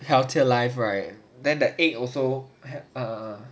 healthier life right then the egg also have a